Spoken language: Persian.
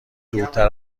دورتر